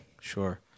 Sure